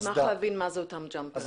אני אשמח להבין מה הם אותם ג'אמפרים.